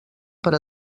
per